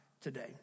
today